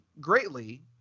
greatly